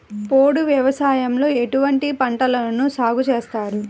పోడు వ్యవసాయంలో ఎటువంటి పంటలను సాగుచేస్తారు?